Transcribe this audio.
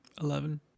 Eleven